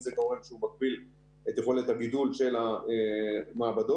מגביל את יכולת הגידול של המעבדות.